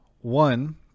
One